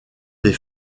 des